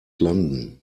landen